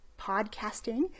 podcasting